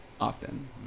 often